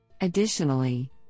Additionally